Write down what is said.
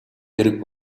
хэрэг